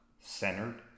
centered